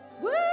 Woo